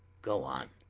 go on,